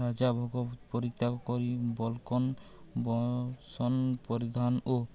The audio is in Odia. ରାଜାଭୋଗ ପରିତ୍ୟାଗ କରି ବଲ୍କନ୍ ବସନ୍ ପରିଧାନ ଓ